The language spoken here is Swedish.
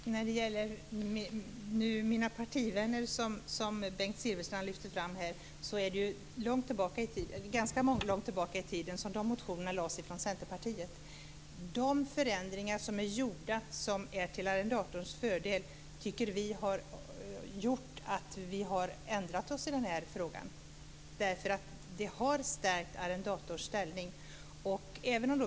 Herr talman! När det gäller de partivänner som Bengt Silfverstrand lyfte fram, väcktes de motionerna från Centerpartiet långt tillbaka i tiden. De förändringar som är gjorda till arrendatorns fördel har lett till att vi har ändrat uppfattning i frågan. Arrendatorns ställning har stärkts.